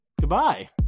Goodbye